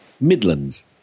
Midlands